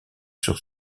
sur